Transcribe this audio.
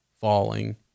falling